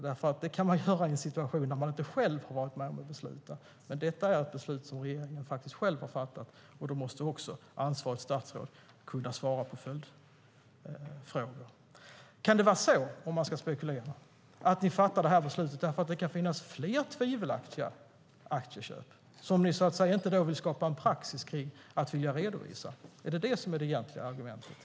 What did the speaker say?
Det kan man göra när man inte själv har varit med och beslutat, men detta är ett beslut som regeringen själv har fattat. Då måste också ansvarigt statsråd kunna svara på följdfrågor. Kan det vara så - om man ska spekulera - att ni fattar beslutet därför att det kan finnas fler tvivelaktiga aktieköp och ni vill inte skapa en redovisningspraxis? Är detta det egentliga argumentet?